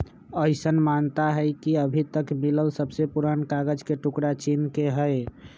अईसन मानता हई कि अभी तक मिलल सबसे पुरान कागज के टुकरा चीन के हई